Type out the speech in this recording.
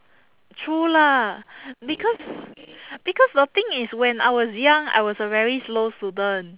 true lah because because the thing is when I was young I was a very slow student